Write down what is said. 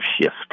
shift